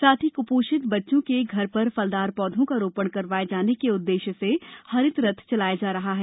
साथ ही कुपोषित बच्चों के घर पर फलदार पौधों का रोपण करवाये जाने के उद्वेश्य से हरित रथ चलाया जा रहा है